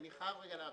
אני חייב להבהיר.